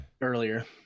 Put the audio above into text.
earlier